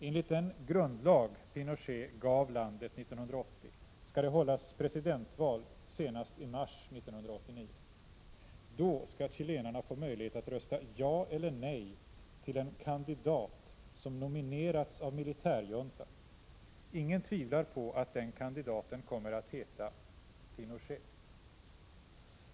Enligt den grundlag Pinochet gav landet 1980 skall det hållas presidentval senast i mars 1989. Då skall chilenarna få möjlighet att rösta ja eller nej till en kandidat som nominerats av militärjuntan. Ingen tvivlar på att den kandidaten kommer att heta Pinochet.